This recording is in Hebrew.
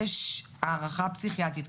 יש הערכה פסיכיאטרית.